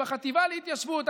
בחטיבה להתיישבות,